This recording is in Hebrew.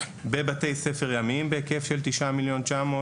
בבתי ספר ימיים בהיקף של 9,900,000,